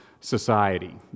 society